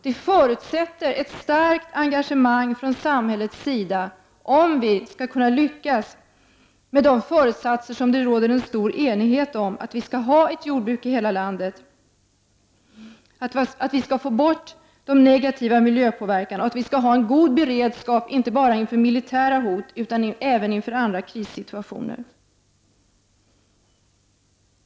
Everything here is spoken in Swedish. Det förutsätter ett starkt engagemang från samhällets sida om vi skall kunna lyckas med de föresatser som det råder en stor enighet om, att vi skall ha ett jordbruk i hela landet, att vi skall få bort den negativa miljöpåverkan, att vi skall ha en god beredskap inte bara inför militära hot utan även inför andra krissituationer.